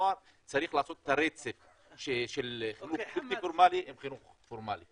צריך לעשות את הרצף של החינוך הבלתי פורמלי עם החינוך הפורמלי.